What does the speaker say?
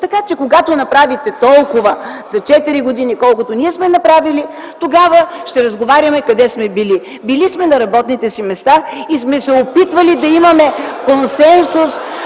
Така че когато направите толкова за четири години, колкото ние сме направили, тогава ще разговаряме къде сме били. Били сме на работните си места (шум и реплики от ГЕРБ) и сме се опитвали да имаме консенсус